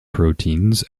proteins